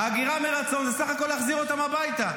ההגירה מרצון זה בסך הכול להחזיר אותם הביתה.